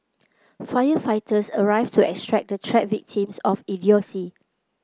firefighters arrived to extract the trapped victims of idiocy